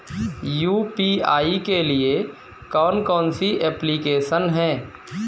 UPI के लिए कौन कौन सी एप्लिकेशन हैं?